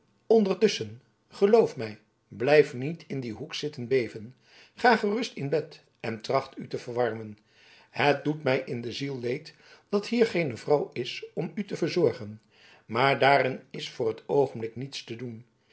ondertusschen geloof mij blijf niet in dien hoek zitten beven ga gerust in bed en tracht u te verwarmen het doet mij in de ziel leed dat hier geene vrouw is om u te verzorgen maar daaraan is voor t oogenblik niets te doen